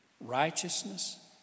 Righteousness